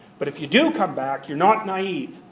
but if you do come back, you're not naive.